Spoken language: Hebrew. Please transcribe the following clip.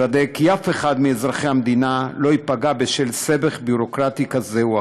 לוודא כי אף אחד מאזרחי המדינה לא ייפגע בשל סבך ביורוקרטי כזה או אחר.